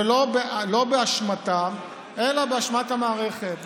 ולא באשמתה אלא באשמת המערכת,